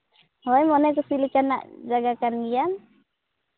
ᱦᱳᱭ ᱢᱟᱱᱮ ᱠᱩᱥᱤ ᱞᱮᱠᱟᱱᱟᱜ ᱡᱟᱭᱜᱟ ᱠᱟᱱ ᱜᱮᱭᱟ